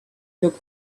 look